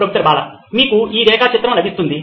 professor Bala మీకు ఈ రేఖా చిత్రం లభిస్తుంది